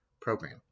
program